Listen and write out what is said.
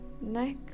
neck